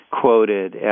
quoted